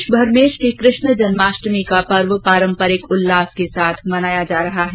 देशभर में श्रीकृष्ण जन्माष्टमी का पर्व पारम्परिक उल्लास के साथ मनाया जा रहा है